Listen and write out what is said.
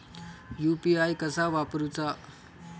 UPI कसा वापरूचा?